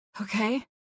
Okay